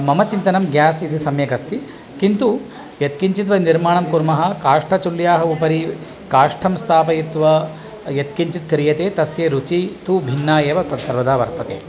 मम चिन्तनं गेस् इति सम्यक् अस्ति किन्तु यत्किञ्चित् वयं निर्माणं कुर्मः काष्ठचुल्ल्याः उपरि काष्ठं स्थापयित्वा यत्किञ्चित् क्रियते तस्य रुचिः तु भिन्ना एव तत्सर्वदा वर्तते